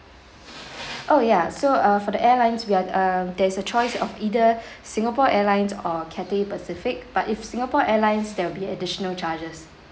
oh ya so uh for the airlines we are the uh there's a choice of either singapore airlines or cathay pacific but if singapore airlines there will be additional charges